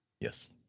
yes